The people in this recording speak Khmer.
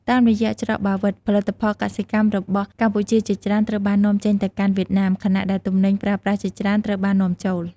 តាមរយៈច្រកបាវិត ផលិតផលកសិកម្មរបស់កម្ពុជាជាច្រើនត្រូវបាន នាំចេញទៅកាន់វៀតណាម ខណៈដែលទំនិញប្រើប្រាស់ជាច្រើនត្រូវបាននាំចូល។